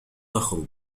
تخرج